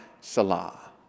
Salah